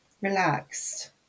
relaxed